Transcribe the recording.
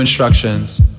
instructions